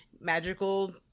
magical